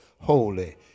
Holy